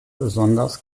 besonders